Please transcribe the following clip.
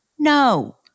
no